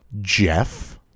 Jeff